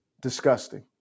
disgusting